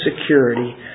security